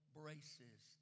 braces